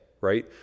right